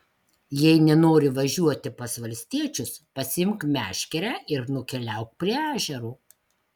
jei nenori važiuoti pas valstiečius pasiimk meškerę ir nukeliauk prie ežero